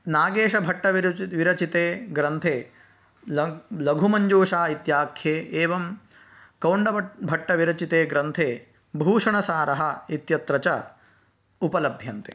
नागेशभट्टविरचित विरचिते ग्रन्थे लग् लघुमञ्जूषा इत्याख्ये एवं कौण्ड बट् भट्टविरचिते ग्रन्थे भूषणसारः इत्यत्र च उपलभ्यन्ते